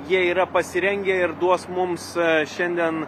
jie yra pasirengę ir duos mums šiandien